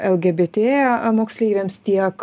lgbt moksleiviams tiek